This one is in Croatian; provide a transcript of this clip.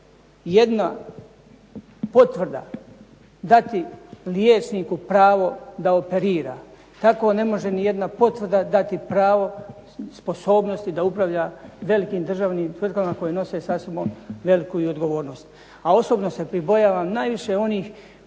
jedna potvrda dati liječniku pravo da operira, tako ne može ni jedna potvrda dati pravo sposobnosti da upravlja velikim državnim tvrtkama koje nose sa sobom veliku i odgovornost. A osobno se pribojavam najviše onih